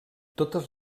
totes